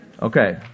Okay